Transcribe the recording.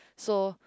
so